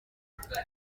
concreto